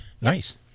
Nice